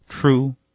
true